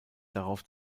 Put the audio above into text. darauf